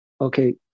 okay